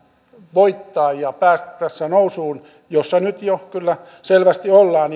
voittaa ja päästä nousuun jossa nyt jo kyllä selvästi ollaan